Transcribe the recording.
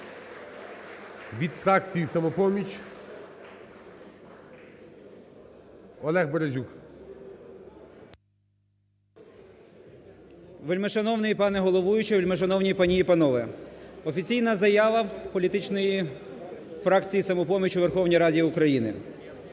Від фракції "Самопоміч" Олег Березюк. 10:09:02 БЕРЕЗЮК О.Р. Вельмишановний пане головуючий, вельмишановні пані і панове! Офіційна заява політичної фракції "Самопоміч" у Верховній Раді України.